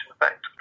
effect